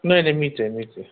नाही नाही मीच आहे मीच आहे